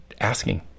asking